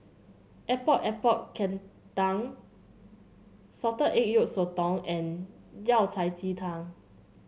Epok Epok Kentang Salted Egg Yolk Sotong and Yao Cai Ji Tang